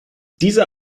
diese